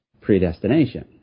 predestination